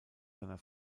seiner